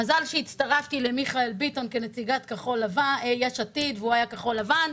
מזל שהצטרפתי למיכאל ביטון כנציגת יש עתיד והוא היה כחול לבן,